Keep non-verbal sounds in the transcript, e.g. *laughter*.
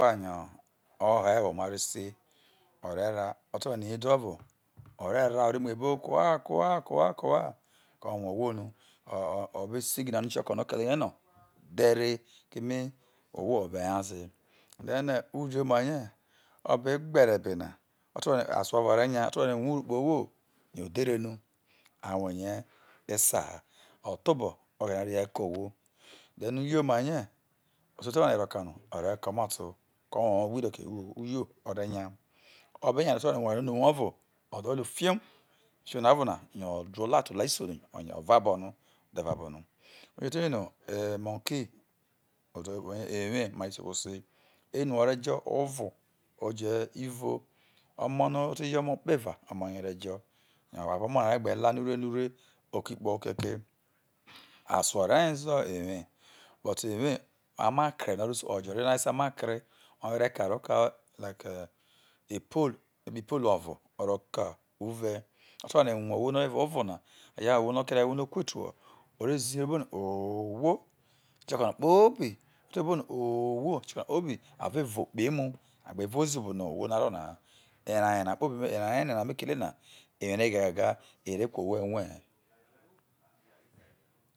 *unintelligible* epa yo oho ewo ma re sei ore va ote wane yo edi ovo ore ra ore muo ebi kuwa kuwa kuwa ko orue ogburo no ove signal oni kioko no okele ye no dhe re ogwo jo be nyaze then udi oma ye obe gbere ebe na aso ovo ore nya ote nwane rue urun kpe ogwo yo odhere no a rue ye sa ha otho bo ighene ore reye ke owho then uto omaye oso te wane ro kani ore come out ki yeho owowo gbe irioke ugio ore nya obe nya na ote rue oware no onuhu ovo ove lu fiom fiom na ovi na yo odu ola te ola isi no yo ova bo ni dlu va bo no yo ote no eri ni emoku ewe ma re ro isoko sei enu ore jo ivi oje vi omo no ote ye omo okpeva omo ye ore jo yo avi omo na are gbe lalo ure luo ure lo oke kpo no oke ke aso ore weze ewe but ewe ama kre no ri usu ri ojo rie no are se ama kre oye re ka ro kai like poln ovo oro ke uve ote wane rue ohwo no oro evao ovo na hayo ha ohwo no o keria hayo ha ohwo no o ku etu ho ore zi bo no ooohwo eni kioko na kpobi no ote bo no ooohwo eni kioko ne kpobi a ve vo kpo emu a gbe vo zi obo no owho na ori na ha era ye na era ene na me kele na iwo ereghe goge ire kuro owho erue he